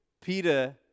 Peter